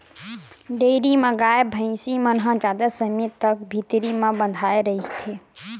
dairy म गाय, भइसी मन ह जादा समे तक भीतरी म बंधाए रहिथे